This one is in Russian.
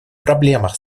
проблемах